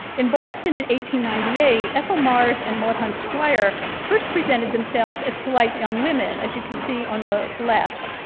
in boston in ninety eight ethel mars and maud hunt squire first presented themselves as polite young women, as you can see on the left.